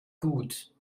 gut